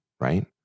right